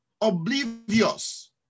oblivious